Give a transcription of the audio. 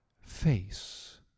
face